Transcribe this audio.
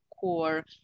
core